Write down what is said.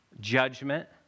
Judgment